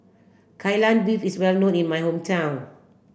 Kai Lan Beef is well known in my hometown